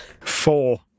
Four